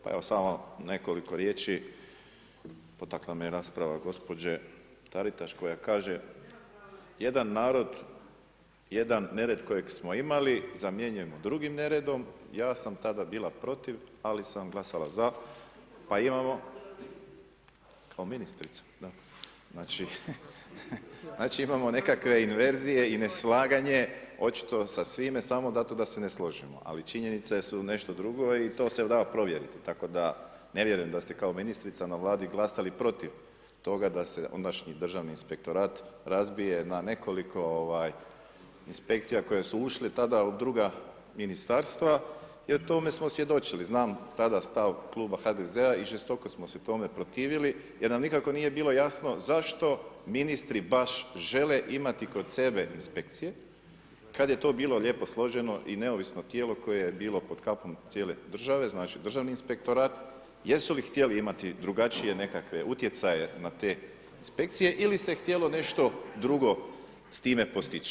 Pa evo samo nekoliko riječi, potakla me rasprava gospođe Taritaš koja kaže, jedan narod, jedan nered kojeg smo imali zamjenjujemo drugim neredom, ja sam tada bila protiv, ali sam glasala za, pa imamo, kao ministrica, znači imamo nekakve inverzije i neslaganje, očito sa svime samo zato da se ne složimo, ali činjenice su nešto drugo i to se da provjeriti, tako da ne vjerujem da ste kao ministrica na Vladi glasali protiv toga da se ondašnji državni inspektorat razbije na nekoliko inspekcija koje su ušle tada u druga ministarstva, jer tome smo svjedočili, znam tada stav Kluba HDZ-a i žestoko smo se tome protivili jer nam nikako nije bilo jasno zašto ministri žele baš imati kod sebe inspekcije kad je to bilo lijepo složeno i neovisno tijelo koje je bilo pod kapom cijele države, znači državni inspektorat, jesu li htjeli imati drugačije nekakve utjecaje na te inspekcije ili se htjelo nešto drugo s time postići.